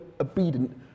obedient